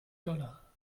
dollar